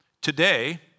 Today